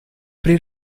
pri